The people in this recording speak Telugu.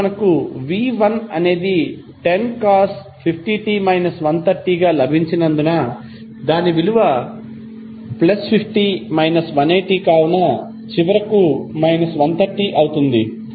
కాబట్టి మనకు v1 అనేది 10cos 50t 130 గా లభించినందున దాని విలువ 50 180 కావున చివరకు 130 అవుతుంది